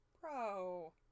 Bro